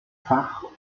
fach